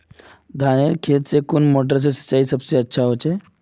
धानेर खेतोत कुन मोटर से सिंचाई सबसे अच्छा होचए?